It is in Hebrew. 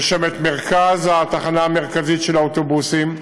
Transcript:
יש שם מרכז התחנה המרכזית של האוטובוסים.